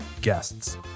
guests